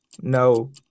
No